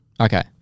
Okay